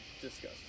disgusting